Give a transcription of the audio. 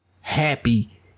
happy